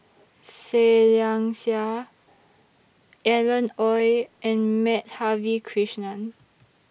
Seah Liang Seah Alan Oei and Madhavi Krishnan